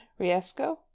riesco